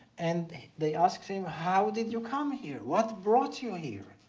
and they asked him how did you come here? what brought you here?